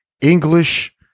English